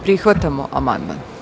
Prihvatam amandman.